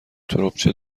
تربچه